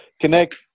connect